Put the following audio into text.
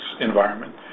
environment